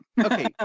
Okay